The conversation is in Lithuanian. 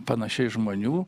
panašiai žmonių